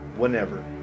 Whenever